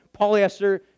polyester